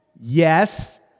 Yes